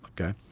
Okay